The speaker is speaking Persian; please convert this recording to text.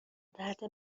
درد